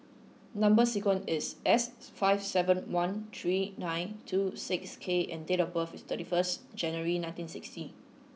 number sequence is S five seven one three nine two six K and date of birth is thirty first January nineteen sixty